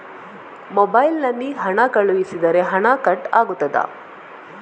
Mobile ನಲ್ಲಿ ಹಣ ಕಳುಹಿಸಿದರೆ ಹಣ ಕಟ್ ಆಗುತ್ತದಾ?